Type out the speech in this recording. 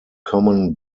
common